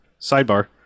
Sidebar